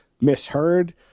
misheard